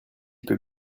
peut